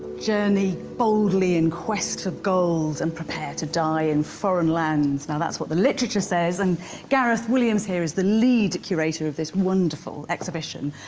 journey boldly in quest for gold and prepare to die in foreign lands now that's what the literature says and gareth williams here is the lead curator of this wonderful exhibition,